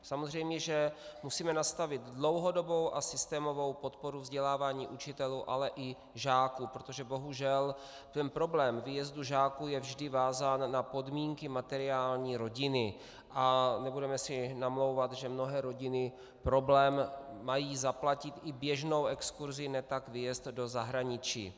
Samozřejmě, že musíme nastavit dlouhodobou a systémovou podporu vzdělávání učitelů, ale i žáků, protože bohužel ten problém výjezdu žáků je vždy vázán na materiální podmínky rodiny a nebudeme si namlouvat, že mnohé rodiny mají problém zaplatit i běžnou exkurzi, natož výjezd do zahraničí.